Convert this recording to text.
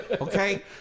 okay